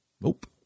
Nope